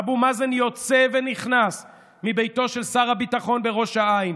אבו מאזן יוצא ונכנס מביתו של שר הביטחון בראש העין.